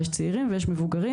יש גם צעירים ויש מבוגרים,